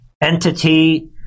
entity